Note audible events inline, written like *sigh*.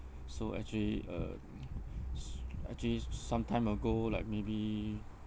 so actually uh *noise* s~ actually some time ago like maybe